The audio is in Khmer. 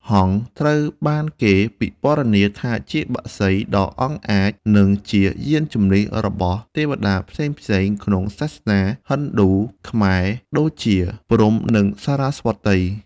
ហង្សត្រូវបានគេពិពណ៌នាថាជាបក្សីដ៏អង់អាច និងជាយានជំនិះរបស់ទេវតាផ្សេងៗក្នុងសាសនាឥណ្ឌូ-ខ្មែរ ដូចជា ព្រហ្ម និងសារ៉ាស្វតី។